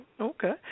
Okay